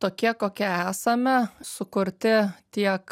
tokie kokie esame sukurti tiek